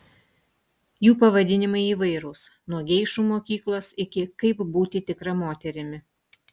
jų pavadinimai įvairūs nuo geišų mokyklos iki kaip būti tikra moterimi